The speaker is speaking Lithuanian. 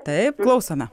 taip klausome